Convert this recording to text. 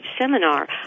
seminar